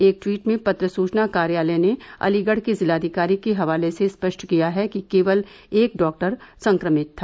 एक ट्वीट में पत्र सूचना कार्यालय ने अलीगढ़ के जिलाधिकारी के हवाले से स्पष्ट किया है कि केवल एक डॉक्टर संक्रमित था